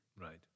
Right